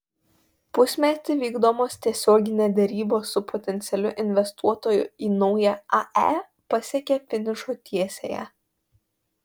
pusmetį vykdomos tiesioginė derybos su potencialiu investuotoju į naują ae pasiekė finišo tiesiąją